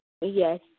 Yes